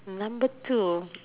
number two